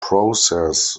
process